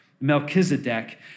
Melchizedek